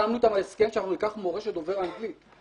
חתמנו איתם על הסכם שניקח מורה שדובר אנגלית.